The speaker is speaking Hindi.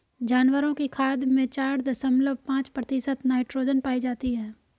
जानवरों की खाद में चार दशमलव पांच प्रतिशत नाइट्रोजन पाई जाती है